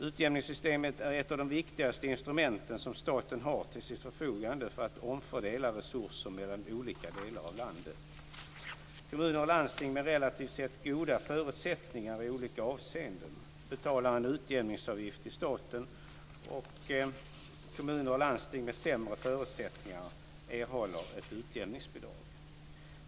Utjämningssystemet är ett av de viktigaste instrumenten som staten har till sitt förfogande för att omfördela resurser mellan olika delar av landet. Kommuner och landsting med relativt sett goda förutsättningar i olika avseenden betalar en utjämningsavgift till staten, och kommuner och landsting med sämre förutsättningar erhåller ett utjämningsbidrag.